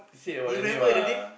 you remember the name